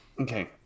Okay